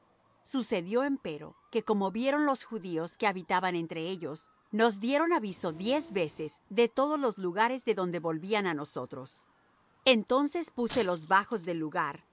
sucedió empero que como vinieron los judíos que habitaban entre ellos nos dieron aviso diez veces de todos los lugares de donde volvían á nosotros entonces puse por los bajos del lugar